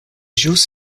ĵus